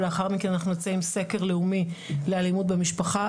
ולאחר מכן נצא עם סקר לאומי לאלימות במשפחה.